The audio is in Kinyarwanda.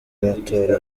amatora